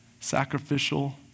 sacrificial